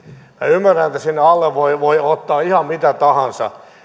ymmärrän että sinne alle voi voi ottaa ihan mitä tahansa